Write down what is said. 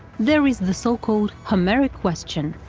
there is the so-called homeric question.